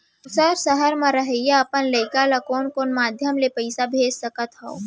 दूसर सहर म रहइया अपन लइका ला कोन कोन माधयम ले पइसा भेज सकत हव?